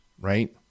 right